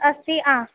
अस्ति आ